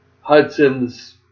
Hudson's